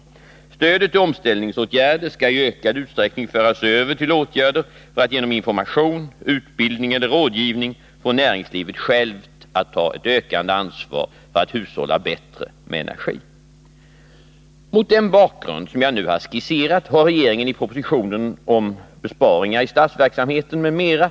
Stödet till omställningsåtgärder skall i ökad utsträckning föras över till åtgärder för att genom information, utbildning eller rådgivning få näringslivet självt att ta ett ökande ansvar för att hushålla bättre med energi. Mot den bakgrund som jag nu har skisserat har regeringen i propositionen om besparingar i statsverksamheten, m.m. (prop. 1980/81:20, bil.